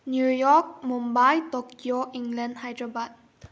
new York Mumbai Tokyo ꯏꯪꯂꯦꯟ ꯍꯥꯏꯗ꯭ꯔꯕꯥꯠ